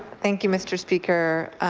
thank you, mr. speaker.